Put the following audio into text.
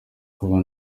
kuba